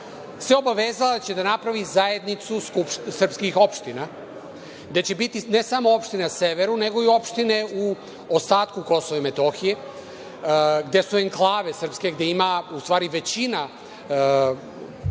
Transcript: se obavezala da će da napravi zajednicu srpskih opština, gde će biti ne samo opštine na severu, nego i opštine u ostatku Kosova i Metohije, gde su srpske enklave, gde ima, u stvari većina građana